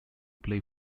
play